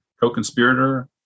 co-conspirator